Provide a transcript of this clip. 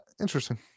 interesting